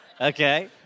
okay